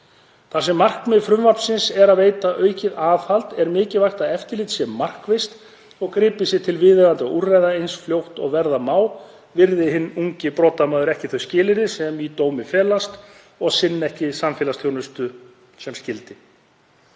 Þar sem markmið frumvarpsins er að veita aukið aðhald er mikilvægt að eftirlitið sé markvisst og gripið sé til viðeigandi úrræða eins fljótt og verða má virði hinn ungi brotamaður ekki þau skilyrði sem í dómi felast og sinni ekki samfélagsþjónustu sem skyldi.